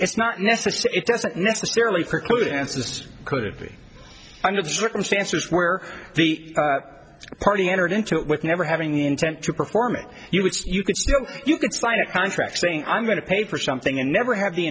doesn't necessarily preclude insists could it be under the circumstances where the party entered into it with never having intent to perform it you would you could you could sign a contract saying i'm going to pay for something and never have the